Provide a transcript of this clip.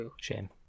Shame